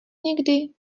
někdy